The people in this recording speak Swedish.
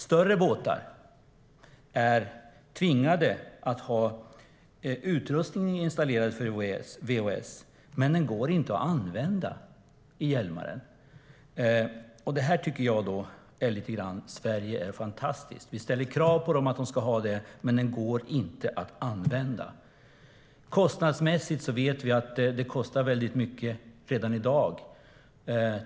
Större båtar är tvingade att ha utrustning installerad för VHF, men den går inte att använda i Hjälmaren. Detta tycker jag lite grann är så här: Sverige är fantastiskt. Vi ställer krav på att de ska ha utrustningen, men den går inte att använda. Kostnadsmässigt vet vi att det kostar väldigt mycket redan i dag.